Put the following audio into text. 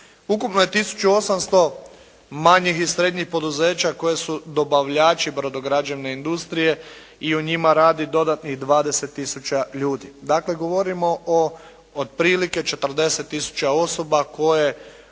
Ukupno je 1800 manjih i srednjih poduzeća koji su dobavljači brodograđevne industrije i u njima radi dodatnih 20 tisuća ljudi. Dakle, govorimo o otprilike 40 tisuća osoba koje